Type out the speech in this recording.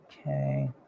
Okay